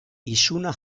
izuna